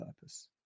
purpose